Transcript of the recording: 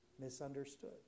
misunderstood